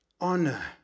Honor